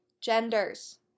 genders